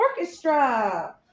orchestra